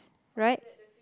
right